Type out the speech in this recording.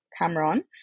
Cameron